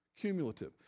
Cumulative